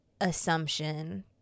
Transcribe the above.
assumption